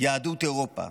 יהדות אירופה,